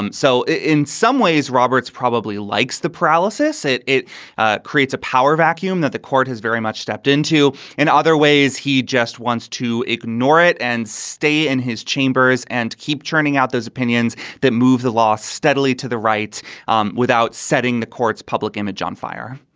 and so in some ways, roberts probably likes the paralysis. it it ah creates a power vacuum that the court has very much stepped into and other ways. he just wants to ignore it and stay in his chambers and keep churning out those opinions that move the law steadily to the right um without setting the court's public image on fire